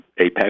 APEC